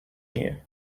here